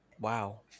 Wow